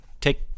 take